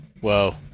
Whoa